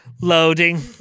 Loading